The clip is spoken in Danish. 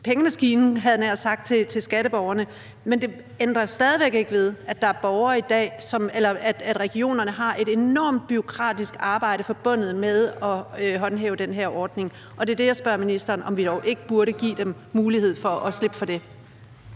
pengemaskine, havde jeg nær sagt, i forhold til skatteborgerne. Men det ændrer stadig væk ikke ved, at regionerne har et enormt bureaukratisk arbejde i forbindelse med at håndhæve den her ordning. Og jeg spørger så ministeren, om vi dog ikke burde give dem mulighed for at slippe for det.